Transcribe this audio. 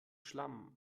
schlamm